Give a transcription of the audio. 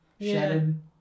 Shannon